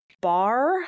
bar